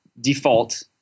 default